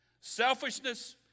selfishness